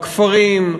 בכפרים,